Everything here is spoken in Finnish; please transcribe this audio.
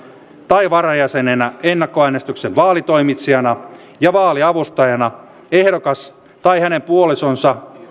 tai varajäsenenä ennakkoäänestyksen vaalitoimitsijana ja vaaliavustajana ehdokas tai hänen puolisonsa